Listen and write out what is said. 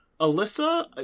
Alyssa